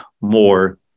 more